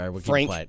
Frank